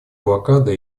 блокада